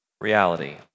reality